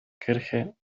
kirche